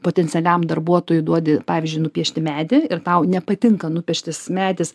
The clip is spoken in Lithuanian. potencialiam darbuotojui duodi pavyzdžiui nupiešti medį ir tau nepatinka nupieštas medis